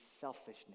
selfishness